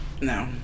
no